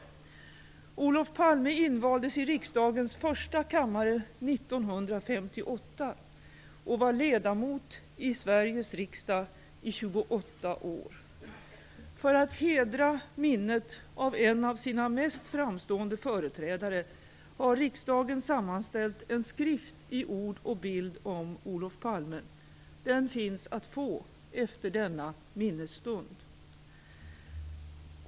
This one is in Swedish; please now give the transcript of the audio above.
För att hedra minnet av en av sina mest framstående företrädare har riksdagen sammanställt en skrift i ord och bild om Olof Palme. Den finns att få efter denna minnesstund.